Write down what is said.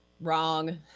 Wrong